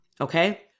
Okay